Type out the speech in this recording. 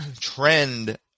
trend